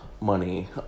money